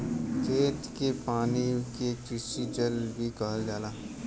खेत के पानी के कृषि जल भी कहल जाला